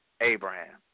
Abraham